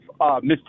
Mr